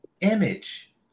image